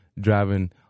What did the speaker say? driving